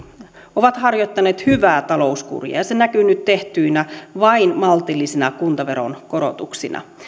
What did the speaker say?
ovat harjoittaneet hyvää talouskuria ja ja se näkyy nyt tehtyinä vain maltillisina kuntaveron korotuksina